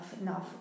enough